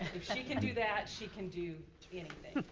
and if she can do that, she can do anything.